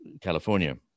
California